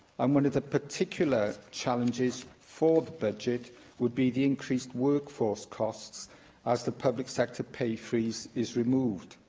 um one of the particular challenges for the budget would be the increased workforce costs as the public sector pay freeze is removed.